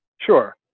Sure